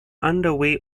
underway